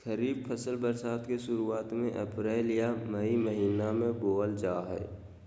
खरीफ फसल बरसात के शुरुआत में अप्रैल आ मई महीना में बोअल जा हइ